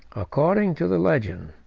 according to the legend,